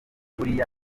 buriya